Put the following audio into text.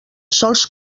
sols